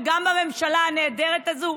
וגם בממשלה הנהדרת הזו,